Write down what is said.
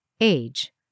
Age